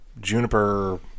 juniper